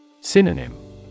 Synonym